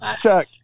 Chuck